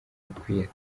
ukwiye